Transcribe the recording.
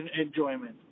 enjoyment